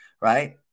right